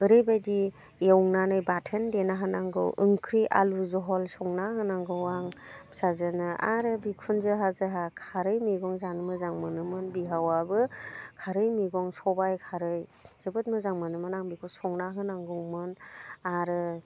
ओरैबायदि एवनानै बाथोन देना होनांगौ ओंख्रि आलु जहल संना होनांगौ आं फिसाजोनो आरो बिखुनजोहा जोहा खारै मैगं जानो मोजां मोनोमोन बिहावाबो खारै मैगं सबाइ खारै जोबोद मोजां मोनोमोन आं बेखौ संना होनांगौमोन आरो